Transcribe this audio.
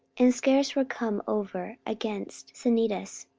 and scarce were come over against cnidus,